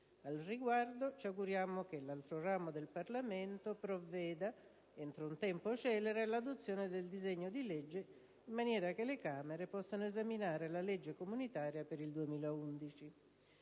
Al riguardo, ci auguriamo che l'altro ramo del Parlamento provveda, entro un tempo celere, all'adozione del disegno di legge, in maniera che le Camere possano esaminare la legge comunitaria per il 2011.